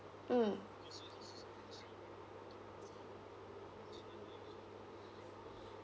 mm